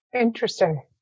Interesting